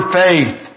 faith